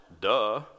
duh